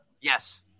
Yes